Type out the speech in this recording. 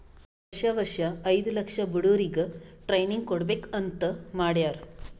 ವರ್ಷಾ ವರ್ಷಾ ಐಯ್ದ ಲಕ್ಷ ಬಡುರಿಗ್ ಟ್ರೈನಿಂಗ್ ಕೊಡ್ಬೇಕ್ ಅಂತ್ ಮಾಡ್ಯಾರ್